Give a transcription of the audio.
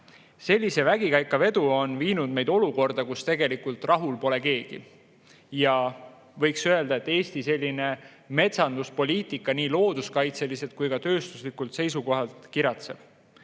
Selline vägikaikavedu on viinud meid olukorda, kus rahul pole tegelikult keegi. Võiks öelda, et Eesti metsanduspoliitika nii looduskaitse mõttes kui ka tööstuslikult seisukohalt kiratseb.